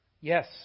Yes